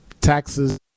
taxes